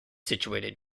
situated